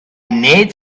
need